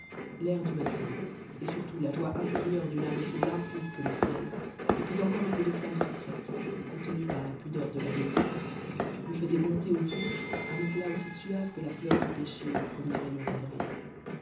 l'air du matin et surtout la joie intérieure d'une âme aussi limpide que le ciel et puis encore un peu de flamme secrète contenue par la pudeur de l'adolescence lui faisaient monter aux joues un éclat aussi suave que la fleur du pêcher aux premiers rayons d'avril